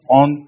on